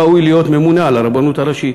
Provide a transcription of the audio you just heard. לא ראוי להיות ממונה על הרבנות הראשית.